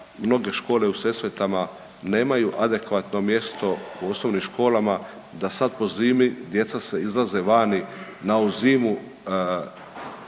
mnoge škole u Sesvetama nemaju adekvatno mjesto u osnovnim školama da sad po zimi djeca izlaze vani na ovu zimu